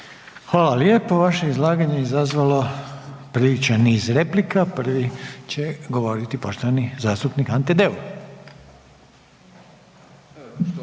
Hvala lijepo. Vaše izlaganje je izazvalo priličan niz replika, prvi će govoriti poštovani zastupnik Ante